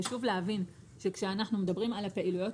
חשוב להבין שכשאנחנו מדברים על הפעילויות